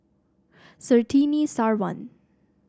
Surtini Sarwan